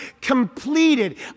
completed